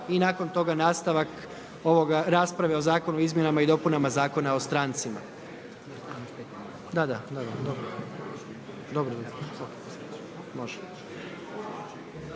i nakon toga nastavak rasprave o Zakonu o izmjenama i dopunama Zakona o strancima.